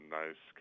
nice